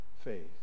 faith